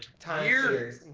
time series.